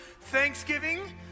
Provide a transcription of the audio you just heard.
Thanksgiving